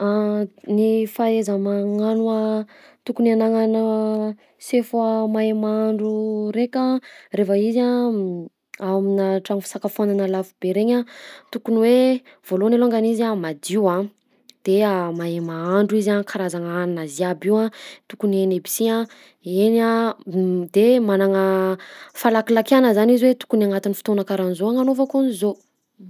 Ny fahaiza-magnano tokony agnananà sefo mahay mahandro raika: reheva izy a aminà tragno fisakafoagnana lafo be regny a: tokony hoe voalohany alongany izy a madio a, de mahay mahandro izy a, karazagna hanina jiaby io a tokony hainy aby si a igny a, de magnana fahalakilakiana zany izy hoe tokony agnatin'ny fotoana karahan'zao agnanovako an'zao.